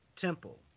temple